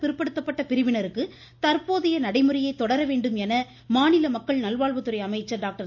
பிற்படுத்தப்பட்ட பிரிவினருக்கு தற்போதைய நடைமுறையே தொடரவேண்டும் என மாநில மக்கள் நல்வாழ்வுத்துறை அமைச்சர் டாக்டர்